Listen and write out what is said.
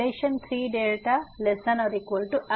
relation 3δ≤ϵ છે